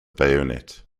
bayonet